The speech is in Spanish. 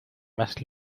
más